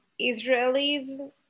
Israelis